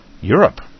Europe